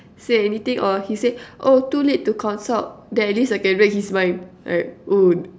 say anything or he says oh too late to consult then at least I can read his mind right oh